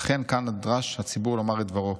"אכן כאן נדרש הציבור לומר את דברו.